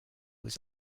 was